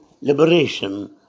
liberation